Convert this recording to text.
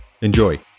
Enjoy